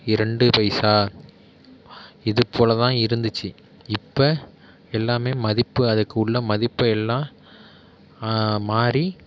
இரண்டு பைசா இதுப்போல் தான் இருந்துச்சு இப்போ எல்லாமே மதிப்பு அதுக்கு உள்ளே மதிப்பை எல்லாம் மாறி